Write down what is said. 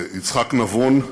יצחק נבון,